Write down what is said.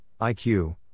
IQ